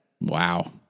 Wow